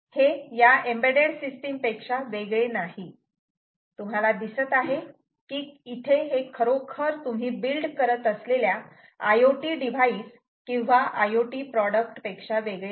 हे या embedded system पेक्षा वेगळे नाही तुम्हाला दिसत आहे की इथे हे खरोखर हे तुम्ही बिल्ड करत असलेल्या IoT डिव्हाइस किंवा IoT प्रॉडक्ट पेक्षा वेगळे नाही